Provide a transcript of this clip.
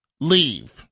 leave